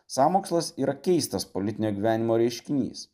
sąmokslas yra keistas politinio gyvenimo reiškinys